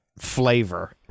flavor